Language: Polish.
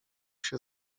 się